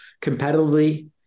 competitively